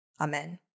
Amen